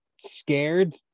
scared